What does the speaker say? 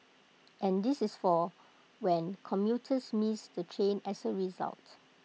and this is for when commuters miss the train as A result